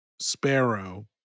Sparrow